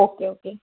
okay okay